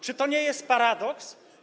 Czy to nie jest paradoks?